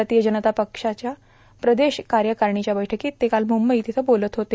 भारतीय जनता पक्षाच्या प्रदेश कायकारणीच्या बैठकांत ते काल मुंबईत बोलत होते